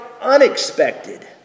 unexpected